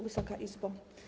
Wysoka Izbo!